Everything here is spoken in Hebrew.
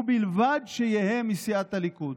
ובלבד שיהיה מסיעת הליכוד.